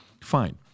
Fine